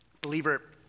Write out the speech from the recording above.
Believer